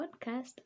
podcast